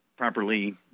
properly